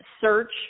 search